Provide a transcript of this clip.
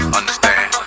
understand